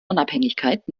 unabhängigkeit